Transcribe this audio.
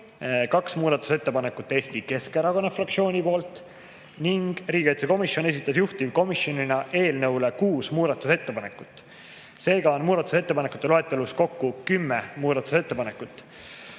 kaks muudatusettepanekut esitas Eesti Keskerakonna fraktsioon ning riigikaitsekomisjon esitas juhtivkomisjonina eelnõu kohta kuus muudatusettepanekut. Seega on muudatusettepanekute loetelus kokku kümme muudatusettepanekut.